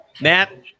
Matt